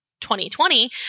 2020